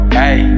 hey